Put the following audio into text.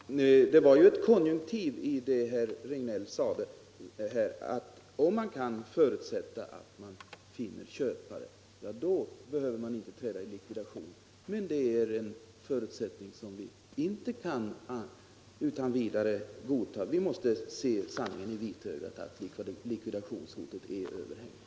Herr talman! Det var ju en konjunktiv i det herr Regnéll sade: ”Om man kan förutsätta att man finner köpare, då behöver man inte träda i likvidation.” Det är en förutsättning som vi inte utan vidare kan hoppas på. Vi måste se sanningen i vitögat: likvidationshotet är överhängande.